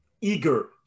eager